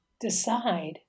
decide